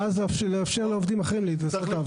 ואז לאפשר לעובדים אחרים לעשות את העבודה.